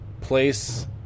place